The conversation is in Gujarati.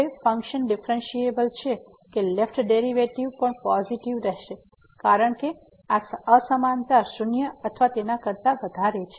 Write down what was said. હવે ફંક્શન ડિફરન્ટિએબલ છે કે લેફ્ટ ડેરીવેટીવ પણ પોઝીટીવ રહેશે કારણ કે આ અસમાનતા શૂન્ય અથવા તેના કરતા વધારે છે